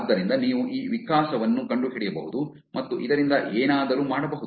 ಆದ್ದರಿಂದ ನೀವು ಈ ವಿಕಾಸವನ್ನು ಕಂಡುಹಿಡಿಯಬಹುದು ಮತ್ತು ಇದರಿಂದ ಏನಾದರೂ ಮಾಡಬಹುದು